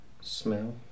smell